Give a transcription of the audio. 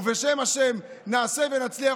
ובשם השם נעשה ונצליח,